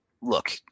Look